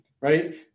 right